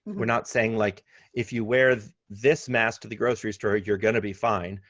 we're not saying like if you wear this mask to the grocery store, you're going to be fine.